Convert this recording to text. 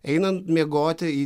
einant miegoti į